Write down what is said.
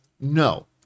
No